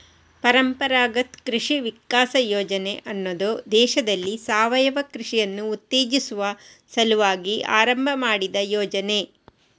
ಪರಂಪರಾಗತ್ ಕೃಷಿ ವಿಕಾಸ ಯೋಜನೆ ಅನ್ನುದು ದೇಶದಲ್ಲಿ ಸಾವಯವ ಕೃಷಿಯನ್ನ ಉತ್ತೇಜಿಸುವ ಸಲುವಾಗಿ ಆರಂಭ ಮಾಡಿದ ಯೋಜನೆ